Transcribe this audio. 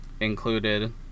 included